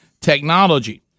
technology